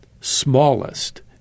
smallest